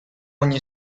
ogni